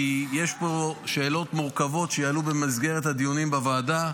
כי יש פה שאלות מורכבות שיעלו במסגרת הדיונים בוועדה,